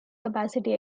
capacity